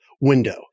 window